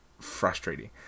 frustrating